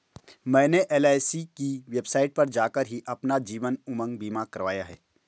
मैंने एल.आई.सी की वेबसाइट पर जाकर ही अपना जीवन उमंग बीमा करवाया है